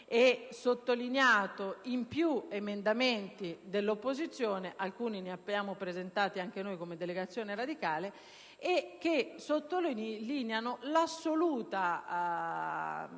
sottolineato in più emendamenti dell'opposizione - alcuni li abbiamo presentati anche noi come delegazione radicale - che rilevano l'assoluta